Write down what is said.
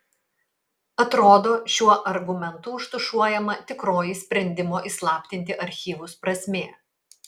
atrodo šiuo argumentu užtušuojama tikroji sprendimo įslaptinti archyvus prasmė